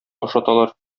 ашаталар